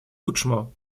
лучшему